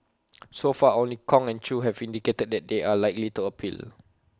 so far only Kong and chew have indicated that they are likely to appeal